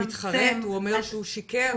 הוא מתחרט, הוא אומר שהוא שיקר.